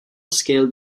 scale